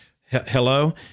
hello